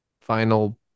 final